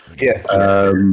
Yes